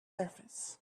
surface